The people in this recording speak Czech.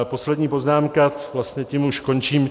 Poslední poznámka, vlastně tím už končím.